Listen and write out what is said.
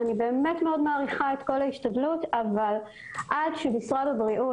אני מעריכה מאוד את ההשתדלות אבל עד שמשרד הבריאות